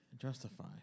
justify